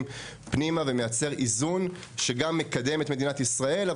פנימה ומייצר איזון שגם מקדם את מדינת ישראל,